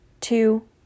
two